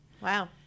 Wow